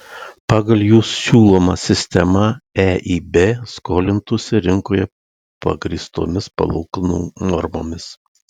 pagal jų siūlomą sistemą eib skolintųsi rinkoje pagrįstomis palūkanų normomis